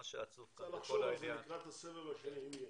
צריך לחשוב על זה לקראת הסבב השני, אם יהיה.